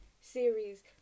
series